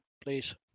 please